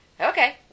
okay